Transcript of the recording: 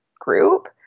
group